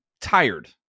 tired